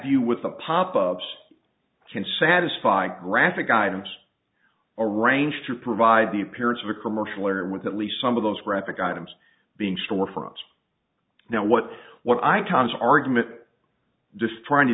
view with the pop ups can satisfy graphic items or range to provide the appearance of a commercial or with at least some of those graphic items being storefront now what what icons argument just trying to